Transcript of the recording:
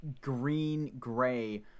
green-gray